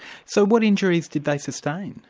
so what injuries did they sustain?